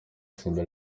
semi